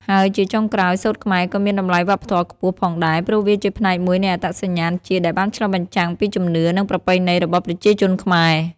ហើយជាចុងក្រោយ សូត្រខ្មែរក៏មាន តម្លៃវប្បធម៌ខ្ពស់ ផងដែរ ព្រោះវាជាផ្នែកមួយនៃអត្តសញ្ញាណជាតិដែលបានឆ្លុះបញ្ចាំងពីជំនឿ និងប្រពៃណីរបស់ប្រជាជនខ្មែរ។